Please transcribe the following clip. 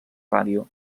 ràdio